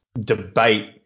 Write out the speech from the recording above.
debate